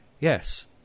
Yes